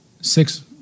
six